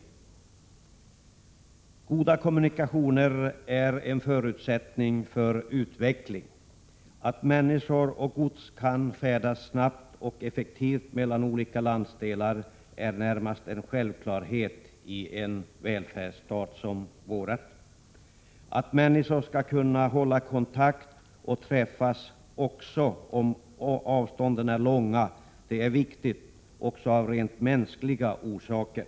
Goda kommunikationer är en förutsättning för utveckling. Att människor och gods kan färdas snabbt och effektivt mellan olika landsdelar är närmast en självklarhet i en välfärdsstat som vår. Att människor skall kunna hålla kontakt och träffas också om avstånden är långa är viktigt också av rent mänskliga orsaker.